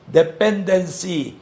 dependency